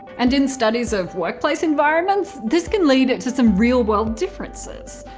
and in studies of workplace environments, this can lead to some real world differences.